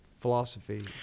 philosophy